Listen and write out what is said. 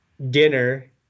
dinner